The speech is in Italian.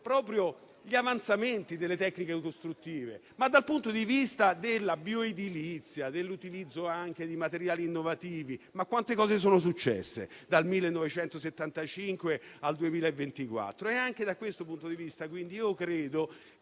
proprio con gli avanzamenti delle tecniche costruttive. Dal punto di vista della bioedilizia e dell'utilizzo di materiali innovativi, quante cose sono successe dal 1975 al 2024? Anche da questo punto di vista, quindi, credo